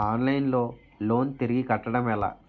Online లో loan తిరిగి కట్టడం ఎలా?